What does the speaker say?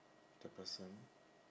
the person